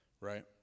Right